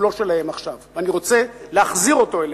הוא לא שלהם עכשיו, ואני רוצה להחזיר אותו אליהם.